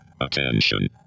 Attention